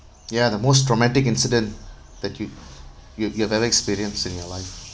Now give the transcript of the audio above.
ya the most traumatic incident that you you you have experienced in your life